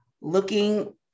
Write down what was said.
looking